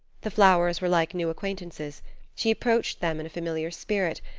the flowers were like new acquaintances she approached them in a familiar spirit,